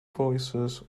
voices